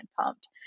pumped